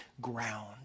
ground